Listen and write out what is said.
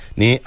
ni